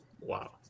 Wow